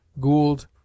Gould